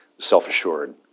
self-assured